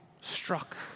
struck